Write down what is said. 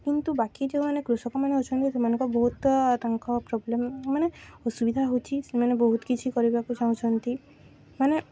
କିନ୍ତୁ ବାକି ଯୋଉଁମାନେ କୃଷକମାନେ ଅଛନ୍ତି ସେମାନଙ୍କ ବହୁତ ତାଙ୍କ ପ୍ରୋବ୍ଲେମ୍ ମାନେ ଅସୁବିଧା ହେଉଛି ସେମାନେ ବହୁତ କିଛି କରିବାକୁ ଚାହୁଁଛନ୍ତି ମାନେ